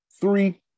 three